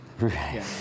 Right